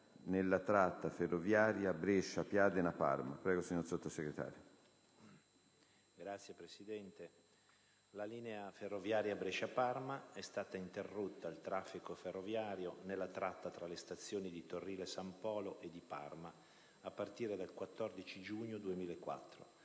la linea ferroviaria Brescia-Parma è stata interrotta al traffico ferroviario nella tratta tra le stazioni di Torrile San Polo e di Parma a partire dal 14 giugno 2004,